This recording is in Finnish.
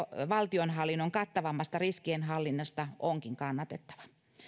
valtionhallinnon kattavammasta riskienhallinnasta onkin kannatettava